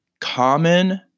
common